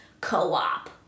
co-op